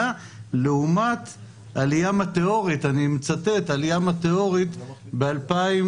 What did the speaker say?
תראה, אני אספר לך סיפור, גלעד.